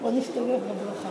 אני מתנצל.